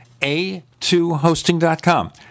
A2hosting.com